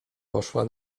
poszła